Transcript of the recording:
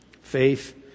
Faith